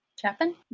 Chapin